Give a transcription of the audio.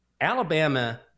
Alabama